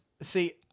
See